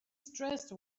stressed